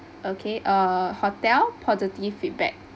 okay uh hotel positive feedback